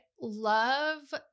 love